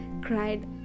cried